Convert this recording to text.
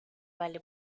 vale